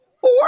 four